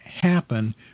happen